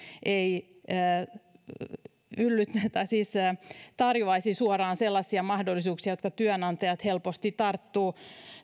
ei tarjoaisi suoraan sellaisia mahdollisuuksia joihin työnantajat helposti tarttuvat